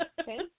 Okay